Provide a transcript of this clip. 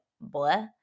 blah